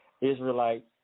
Israelites